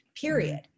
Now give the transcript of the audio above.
period